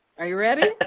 are you ready?